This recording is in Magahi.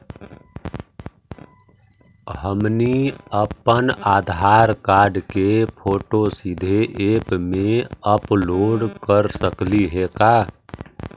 हमनी अप्पन आधार कार्ड के फोटो सीधे ऐप में अपलोड कर सकली हे का?